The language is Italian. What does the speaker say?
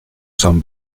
san